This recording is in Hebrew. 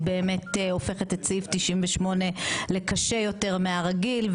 היא באמת הופכת את סעיף 98 לקשה יותר מהרגיל,